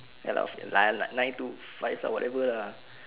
ya lah of nine nine to five lah whatever